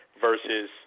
versus